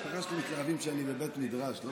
במשפחה שלי מתלהבים שאני בבית מדרש, לא